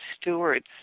stewards